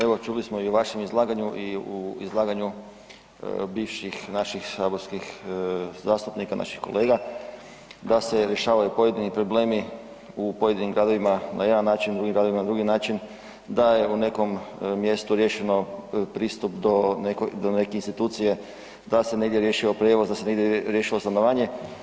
Evo čuli smo i u vašem izlaganju i u izlaganju bivših naših saborskih zastupnika, naših kolega da se rješavaju pojedini problemi u pojedinim gradovima u drugim gradovima na drugi način, da je u nekom mjestu riješeno pristup do neke institucije, da se negdje riješio prijevoz, da se negdje riješilo stanovanje.